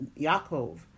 Yaakov